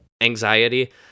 anxiety